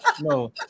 No